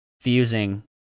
fusing